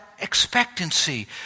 expectancy